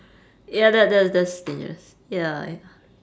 ya that that that's dangerous ya